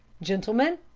gentlemen,